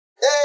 Hey